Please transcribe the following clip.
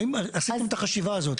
האם עשיתם את החשיבה הזאת?